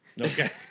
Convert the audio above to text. Okay